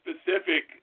specific